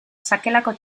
sakelako